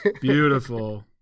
Beautiful